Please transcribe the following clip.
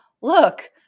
look